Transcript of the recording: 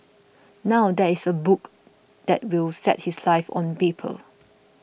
now there is a book that will set his life on paper